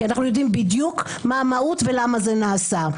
כי אנו יודעים בדיוק מה המהות ולמה זה נעשה.